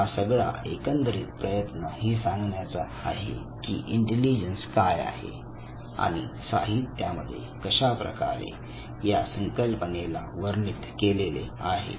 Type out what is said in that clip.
हा सगळा एकंदरीत प्रयत्न हे सांगण्याचा आहे की इंटेलिजन्स काय आहे आणि साहित्यामध्ये कशा प्रकारे या संकल्पनेला वर्णित केलेले आहे